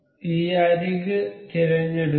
ഈ അരിക് തിരഞ്ഞെടുക്കുക